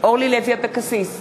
אורלי לוי אבקסיס,